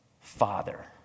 father